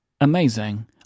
amazing